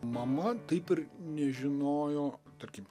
mama taip ir nežinojo tarkim